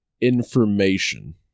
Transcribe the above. information